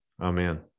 Amen